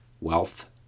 wealth